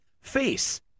face